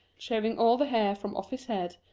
shaving all the hair from off his head,